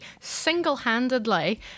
single-handedly